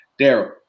Daryl